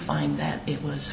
find that it was